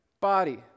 body